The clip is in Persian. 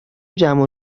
جمع